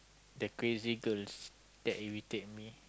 the crazy girls that irritate me